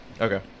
Okay